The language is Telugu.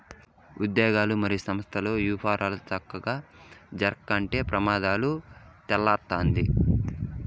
ఉజ్యోగులు, మరియు సంస్థల్ల యపారాలు సక్కగా జరక్కుంటే ప్రమాదం తలెత్తతాది